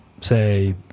say